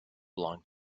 belong